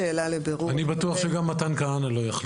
אני בטוח שגם מתן כהנא לא יחליף.